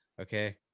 okay